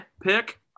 pick